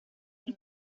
del